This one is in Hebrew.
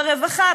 ברווחה,